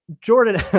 Jordan